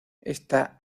esta